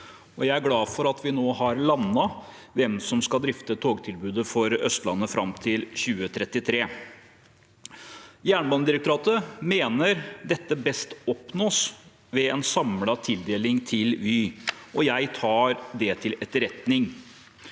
jeg er glad for at vi nå har landet hvem som skal drifte togtilbudet for Østlandet fram til 2033. Jernbanedirektoratet mener dette best oppnås ved en samlet tildeling til Vy, og jeg tar det til etterretning.